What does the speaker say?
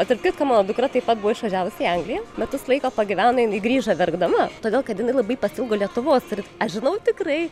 o tarp kito mano dukra taip pat buvo išvažiavus į angliją metus laiko pagyveno jinai grįžo verkdama todėl kad jinai labai pasiilgo lietuvos ir aš žinau tikrai